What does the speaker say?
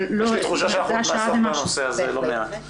אבל לא --- יש לי תחושה שעוד נעסוק בנושא הזה לא מעט.